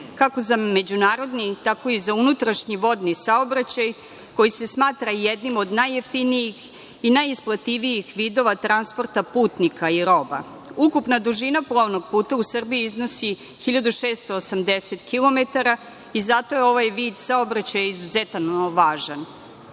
kako za međunarodni, tako i za unutrašnji vodni saobraćaj koji se smatra i jednim od najjeftinijih i najisplativijih vidova transporta putnika i roba. Ukupna dužina plovnog puta u Srbiji iznosi 1.680 kilometara i zato je ovaj vid saobraćaja izuzetno važan. Vodni